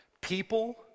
People